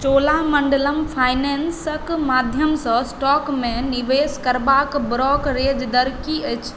चोलामण्डलम फाइनेंसके माध्यमसँ स्टॉकमे निवेश करबाके ब्रोकरेज दर की अछि